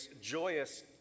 joyous